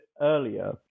earlier